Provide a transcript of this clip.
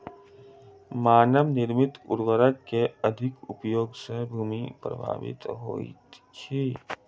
मानव निर्मित उर्वरक के अधिक उपयोग सॅ भूमि प्रभावित होइत अछि